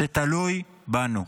זה תלוי בנו.